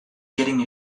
getting